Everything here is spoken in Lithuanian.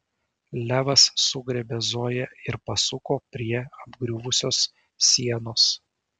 levas sugriebė zoją ir pasuko prie apgriuvusios sienos